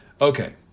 Okay